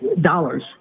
dollars